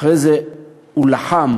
אחרי זה הוא לחם